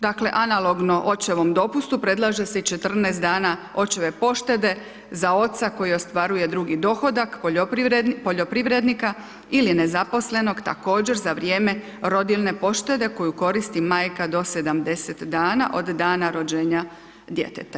Tu dakle analogno očevom dopustu predlaže se i 14 dana očeve poštede za oca koji ostvaruju drugi dohodak, poljoprivrednika ili nezaposlenog također za vrijeme rodiljne poštede koju koristi majka do 70 dana od dana rođenja djeteta.